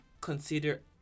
consider